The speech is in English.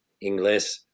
english